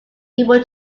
able